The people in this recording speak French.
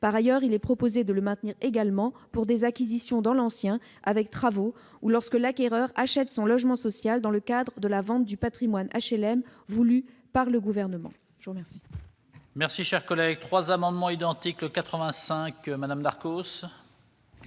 est également proposé de le maintenir pour des acquisitions dans l'ancien avec travaux ou lorsque l'acquéreur achète son logement social dans le cadre de la vente du patrimoine HLM voulue par le Gouvernement. Les trois